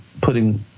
putting